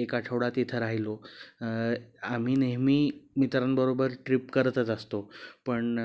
एक आठवडा तिथं राहिलो आम्ही नेहमी मित्रांबरोबर ट्रिप करतच असतो पण